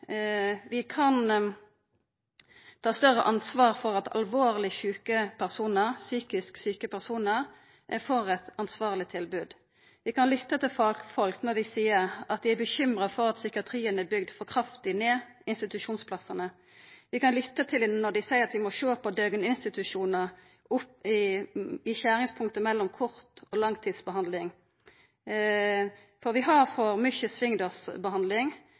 Vi kan ta større ansvar for at alvorleg psykisk sjuke personar får eit ansvarleg tilbod. Vi kan lytta til fagfolk når dei seier at dei er bekymra for at psykiatrien har bygd institusjonsplassane for kraftig ned. Vi kan lytta til dei når dei seier vi må sjå på døgninstitusjonar i skjeringspunktet mellom kort- og langtidsbehandling. Vi har for mykje